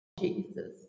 Jesus